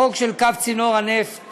חוק קו צינור הנפט